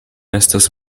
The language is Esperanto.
estas